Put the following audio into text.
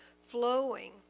flowing